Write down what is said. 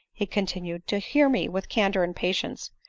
he con tinued, to hear me with candor and patience.